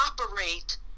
operate